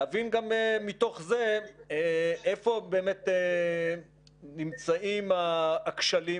להבין גם מתוך זה איפה באמת נמצאים הכשלים